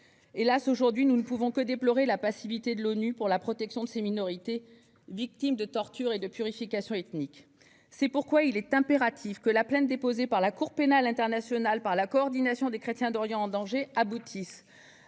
Hélas, nous ne pouvons que déplorer la passivité de l'ONU en termes de protection de ces minorités, victimes de tortures et de purification ethnique. C'est pourquoi il est impératif que la plainte déposée auprès de la Cour pénale internationale (CPI) par la Coordination des chrétiens d'Orient en danger aboutisse.